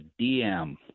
DM